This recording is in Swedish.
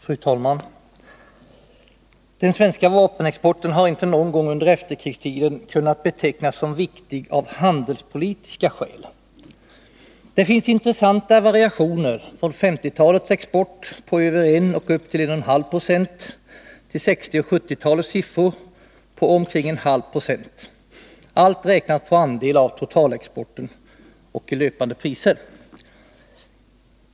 Fru talman! Den svenska vapenexporten har inte någon gång under efterkrigstiden kunnat betecknas som av handelspolitiska skäl viktig. Det finns intressanta variationer, från 1950-talets export på över 1 20 och upp till 1,5 20 och fram till 1960 och 1970-talens siffror på omkring 0,5 90 — allt räknat på andel av totalexporten och i löpande priser.